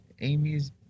Amy's